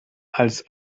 als